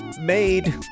made